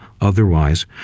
otherwise